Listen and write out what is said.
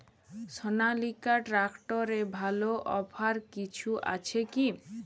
সনালিকা ট্রাক্টরে ভালো অফার কিছু আছে কি?